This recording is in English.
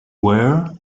wear